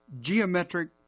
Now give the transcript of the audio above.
geometric